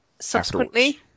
subsequently